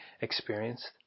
experienced